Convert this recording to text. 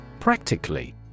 Practically